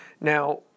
Now